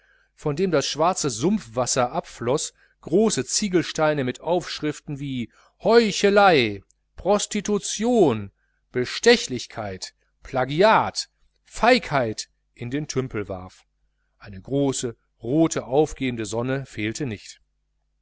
von dem das schwarze sumpfwasser abfloß große ziegelsteine mit aufschriften wie heuchelei prostitution bestechlichkeit plagiat feigheit in den tümpel warf eine große rote aufgehende sonne fehlte nicht